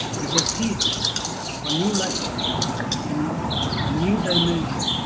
is the seed of a new life in a new dimension,